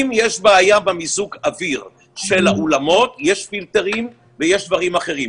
אם יש בעיה במיזוג האוויר של האולמות יש פילטרים ויש דברים אחרים.